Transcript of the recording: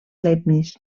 leibniz